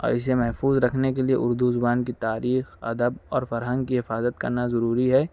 اور اِسے محفوظ رکھنے کے لیے اُردو زبان کی تاریخ ادب اور فرہنگ کی حفاظت کرنا ضروری ہے